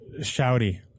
shouty